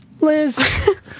Liz